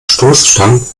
stoßstangen